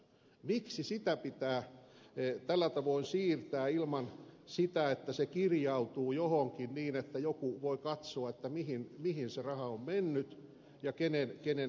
miksi sitä pitää tällä tavoin siirtää ilman että se kirjautuu johonkin niin että joku voi katsoa mihin se raha on mennyt ja kenen hyväksi